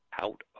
out